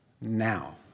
now